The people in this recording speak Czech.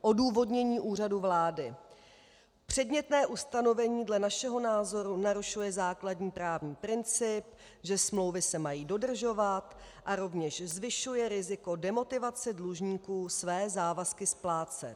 Odůvodnění Úřadu vlády: Předmětné ustanovení dle našeho názoru narušuje základní právní princip, že smlouvy se mají dodržovat, a rovněž zvyšuje riziko demotivace dlužníků své závazky splácet.